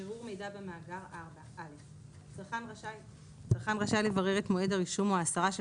בירור מידע במאגר 4. (א) צרכן רשאי לברר את מועד הרישום או ההסרה של